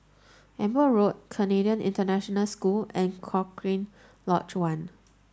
Amber Road Canadian International School and Cochrane Lodge One